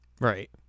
Right